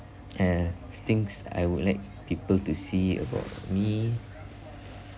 uh things I would like people to see about me